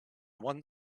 one